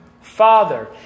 father